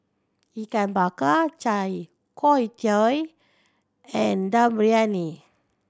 Ikan Bakar chai tow kway and Dum Briyani